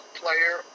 player